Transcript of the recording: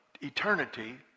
eternity